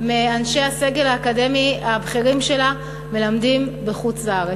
מאנשי הסגל האקדמי הבכיר שלה מלמדים בחוץ-לארץ.